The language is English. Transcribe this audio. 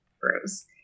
gross